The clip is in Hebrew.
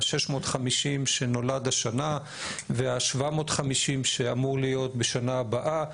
ה-650 שנולד השנה וה-750 שאמור להיות בשנה הבאה,